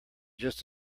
just